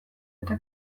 eta